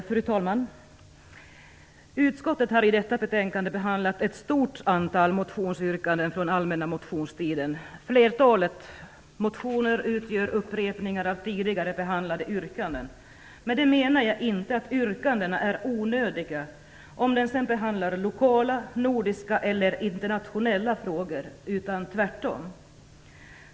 Fru talman! Utskottet har i detta betänkande behandlat ett stort antal motionsyrkanden från allmänna motionstiden. Flertalet motioner utgör upprepningar av tidigare behandlade yrkanden. Med det menar jag inte att yrkandena är onödiga om de sedan behandlar lokala, nordiska eller internationella frågor, tvärtom.